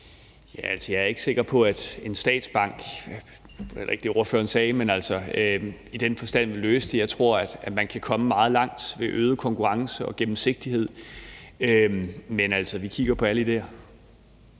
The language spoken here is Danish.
jeg er ikke sikker på, at en statsbank – det var så heller ikke det, ordføreren sagde – i den forstand vil løse det. Jeg tror, at man kan komme meget langt ved øget konkurrence og gennemsigtighed. Men altså, vi kigger på alle idéer.